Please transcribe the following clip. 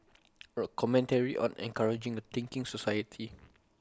A commentary on encouraging A thinking society